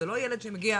זה לא ילד שמגיע